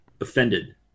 offended